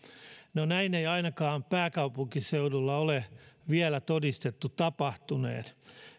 no näin ei ainakaan pääkaupunkiseudulla ole vielä todistettu tapahtuneen